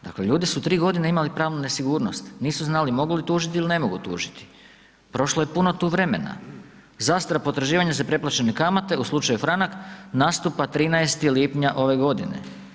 Dakle ljudi su 3 godine imali pravnu nesigurnost, nisu znali mogu li tužiti ili ne mogu tu tužiti, prošlo je puno tu vremena, zastara potraživanja za preplaćene kamate, u slučaju franak, nastupa 13. lipnja ove godine.